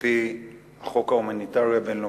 על-פי החוק ההומניטרי הבין-לאומי,